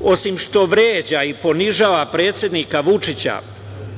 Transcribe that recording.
Osim što vređa i ponižava predsednika Vučića